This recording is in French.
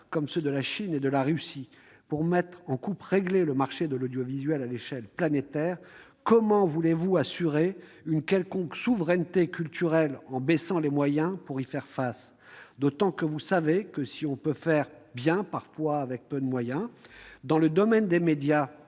comme la Chine et la Russie pour mettre en coupe réglée le marché de l'audiovisuel à l'échelle planétaire, comment voulez-vous assurer une quelconque souveraineté culturelle en baissant les moyens destinés à faire face ? Si, parfois, on peut faire bien avec peu de moyens, dans le domaine des médias